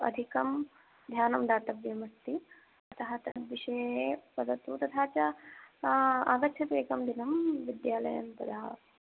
अधिकं ध्यानं दातव्यमस्ति अतः तद्विषये वदतु तथा च सा आगच्छतु एकं दिनं विद्यालयं तदा